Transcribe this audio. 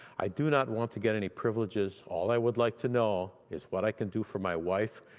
i do not want to get any privileges, all i would like to know is what i can do for my wife,